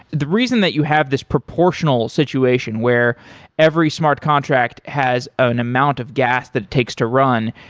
the reason that you have this proportional situation where every smart contract has an amount of gas that it takes to run,